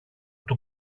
του